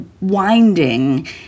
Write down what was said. winding